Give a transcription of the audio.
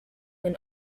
when